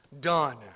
done